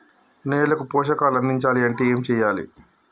నేలకు పోషకాలు అందించాలి అంటే ఏం చెయ్యాలి?